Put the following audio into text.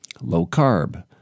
low-carb